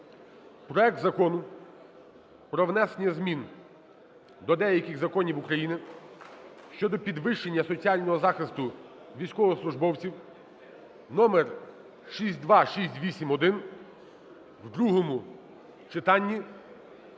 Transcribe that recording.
проект Закону про внесення змін до деяких законів України щодо підвищення соціального захисту військовослужбовців (номер 6268-1) в другому читанні